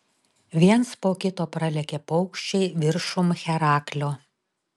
viens po kito pralėkė paukščiai viršum heraklio